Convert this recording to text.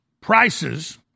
prices